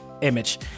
image